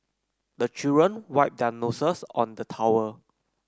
the children wipe their noses on the towel